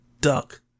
duck